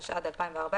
התשע"ד 2014,